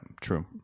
true